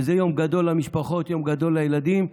וזה יום גדול למשפחות, יום גדול לילדים.